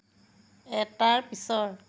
এটাৰ পিছৰ